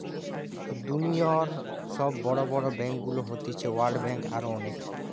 দুনিয়র সব বড় বড় ব্যাংকগুলো হতিছে ওয়ার্ল্ড ব্যাঙ্ক, আরো অনেক